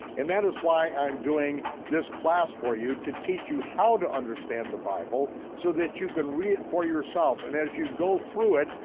and that is why i'm doing this class for you, to teach you how to understand the bible, so that you can read it for yourself, and as you go through it,